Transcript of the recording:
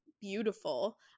beautiful